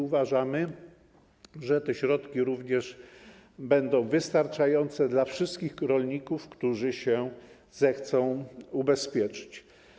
Uważamy, że te środki również będą wystarczające dla wszystkich rolników, którzy zechcą się ubezpieczyć.